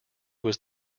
was